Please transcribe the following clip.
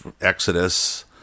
Exodus